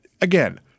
Again